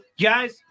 guys